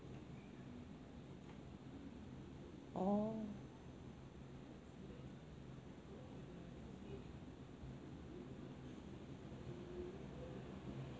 oh